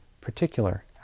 particular